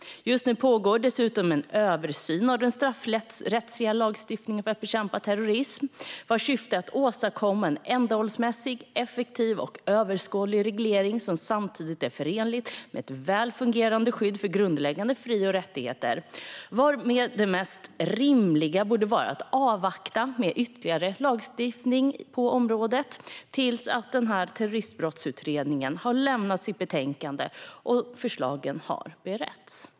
Just nu pågår dessutom en översyn av den straffrättsliga lagstiftningen för att bekämpa terrorism, vars syfte är att åstadkomma en ändamålsenlig, effektiv och överskådlig reglering som samtidigt är förenlig med ett väl fungerande skydd för grundläggande fri och rättigheter, varför det mest rimliga borde vara att avvakta med ytterligare lagstiftning på området tills Terroristbrottsutredningen har lämnat sitt betänkande och förslagen har beretts.